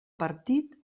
partit